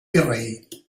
virrei